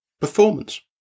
performance